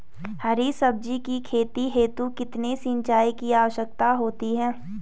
हरी सब्जी की खेती हेतु कितने सिंचाई की आवश्यकता होती है?